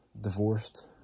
divorced